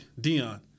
Dion